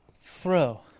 throw